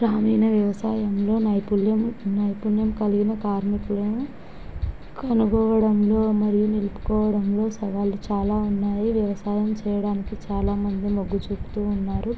గ్రామీణ వ్యవసాయంలో నైపుణ్యం నైపుణ్యం కలిగిన కార్మికులను కనుక్కోవడంలో మరియు నిలుపుకోవడంలో సవాళ్ళు చాలా ఉన్నాయి వ్యవసాయం చేయడంలో చాలా మంది మొగ్గు చూపుతూ ఉన్నారు